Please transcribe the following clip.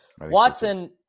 Watson